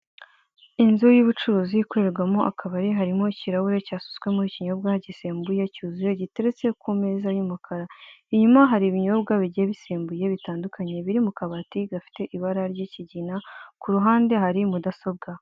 Inzu y'ubucuruzi ikorerwamo akabari, harimo ikirahuri cyasutswemo ikinyobwa gisembuye cyuzuye, giteretse kumeza y'umukara inyuma hari ibinyobwa bigiye bisembuye bitandukanye ,biri mukabati gafite ibara ry 'ikigina , kuruhande hari mudasobwa.